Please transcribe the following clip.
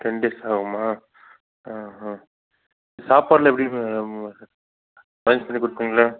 ten days ஆகுமா ஆ ஆ சாப்பாடுலாம் எப்படி மேடம் அரேஞ்ச் பண்ணி கொடுப்பீங்கள்ல